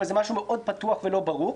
אבל זה משהו מאוד פתוח ולא ברור.